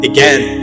Again